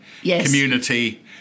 community